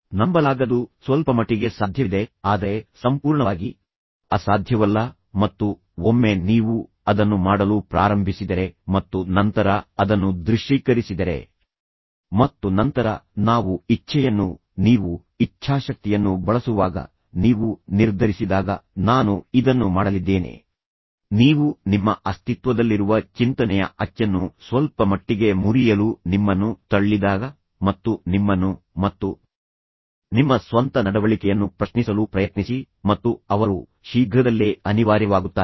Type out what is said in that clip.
ನಂಬಲಾಗದದು ಸ್ವಲ್ಪಮಟ್ಟಿಗೆ ಸಾಧ್ಯವಿದೆ ಆದರೆ ಸಂಪೂರ್ಣವಾಗಿ ಅಸಾಧ್ಯವಲ್ಲ ಮತ್ತು ಒಮ್ಮೆ ನೀವು ಅದನ್ನು ಮಾಡಲು ಪ್ರಾರಂಭಿಸಿದರೆ ಮತ್ತು ನಂತರ ಅದನ್ನು ದೃಶ್ಯೀಕರಿಸಿದರೆ ಮತ್ತು ನಂತರ ನಾವು ಇಚ್ಛೆಯನ್ನು ಕರೆದಾಗ ನೀವು ಇಚ್ಛಾಶಕ್ತಿಯನ್ನು ಬಳಸುವಾಗ ನೀವು ನಿರ್ಧರಿಸಿದಾಗ ನಾನು ಇದನ್ನು ಮಾಡಲಿದ್ದೇನೆ ನೀವು ನಿಮ್ಮ ಅಸ್ತಿತ್ವದಲ್ಲಿರುವ ಚಿಂತನೆಯ ಅಚ್ಚನ್ನು ಸ್ವಲ್ಪಮಟ್ಟಿಗೆ ಮುರಿಯಲು ನಿಮ್ಮನ್ನು ತಳ್ಳಿದಾಗ ಮತ್ತು ನಿಮ್ಮನ್ನು ಮತ್ತು ನಿಮ್ಮ ಸ್ವಂತ ನಡವಳಿಕೆಯನ್ನು ಪ್ರಶ್ನಿಸಲು ಪ್ರಯತ್ನಿಸಿ ಮತ್ತು ಅವರು ಶೀಘ್ರದಲ್ಲೇ ಅನಿವಾರ್ಯವಾಗುತ್ತಾರೆ